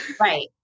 Right